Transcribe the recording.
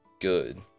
good